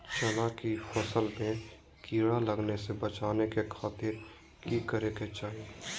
चना की फसल में कीड़ा लगने से बचाने के खातिर की करे के चाही?